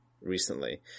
recently